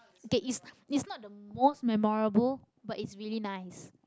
okay it's it's not the most memorable but it's really nice